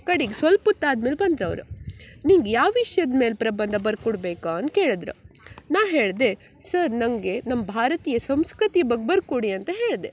ಕಡಿಗೆ ಸೊಲ್ಪೊತ್ತಾದ ಮೇಲೆ ಬಂದ್ರು ಅವರು ನಿಂಗೆ ಯಾವ ವಿಷ್ಯದ ಮೇಲೆ ಪ್ರಬಂಧ ಬರ್ಕೊಡ್ಬೇಕು ಅಂದು ಕೇಳಿದ್ರು ನಾ ಹೇಳಿದೆ ಸರ್ ನನಗೆ ನಮ್ಮ ಭಾರತೀಯ ಸಂಸ್ಕೃತಿಯ ಬಗ್ಗೆ ಬರ್ಕೊಡಿ ಅಂತ ಹೇಳಿದೆ